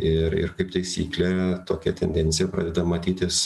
ir ir kaip taisyklė tokia tendencija pradeda matytis